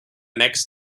next